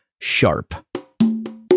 sharp